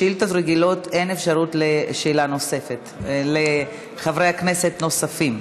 בשאילתות רגילות אין אפשרות לשאלה נוספת לחברי כנסת נוספים.